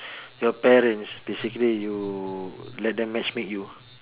your parents basically you let them match make you